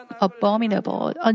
abominable